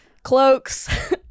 Cloaks